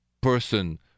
person